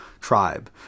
tribe